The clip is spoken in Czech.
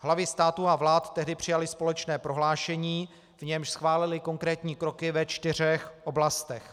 Hlavy států a vlád tehdy přijaly společné prohlášení, v němž schválily konkrétní kroky ve čtyřech oblastech.